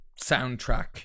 soundtrack